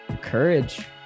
courage